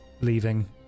leaving